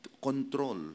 control